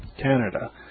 Canada